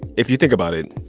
if you think about it,